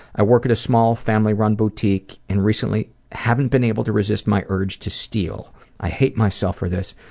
i work at a small family run boutique and recently haven't been able to resist my urge to steal. i hate myself for this,